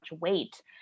weight